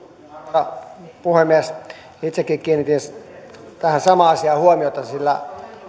arvoisa puhemies itsekin kiinnitin tähän samaan asiaan huomiota sillä